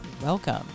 welcome